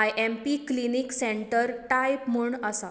I M P clinic centre type म्हूण आसा